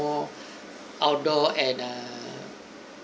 ~ore outdoor and uh